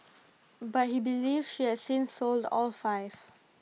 but he believes she has since sold all five